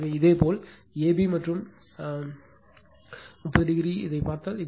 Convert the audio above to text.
எனவே இதேபோல் ab மற்றும் 30o ஐப் பார்த்தால்